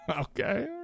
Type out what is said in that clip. Okay